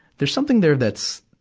there's something there that's,